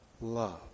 love